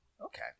okay